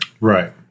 Right